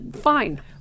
fine